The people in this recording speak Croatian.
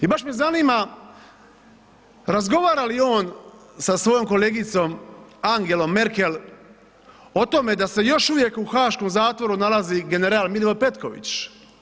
I baš me zanima, razgovara li on sa svojom kolegicom Angelom Merkel o tome da se još uvijek u haaškom zatvoru nalazi Milivoj Petković.